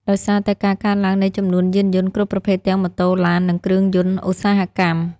ដោយសារតែការកើនឡើងនៃចំនួនយានយន្តគ្រប់ប្រភេទទាំងម៉ូតូ ឡាន និងគ្រឿងយន្តឧស្សាហកម្ម។